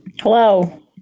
Hello